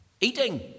Eating